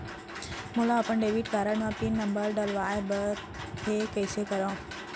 मोला अपन debit card म पिन नंबर डलवाय बर हे कइसे करव?